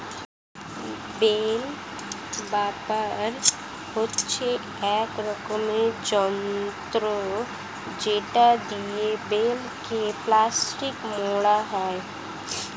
bell wrapper হচ্ছে এক রকমের যন্ত্র যেটা দিয়ে বেলকে প্লাস্টিকে মোড়া হয়